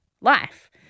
life